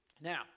Now